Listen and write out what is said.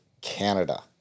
Canada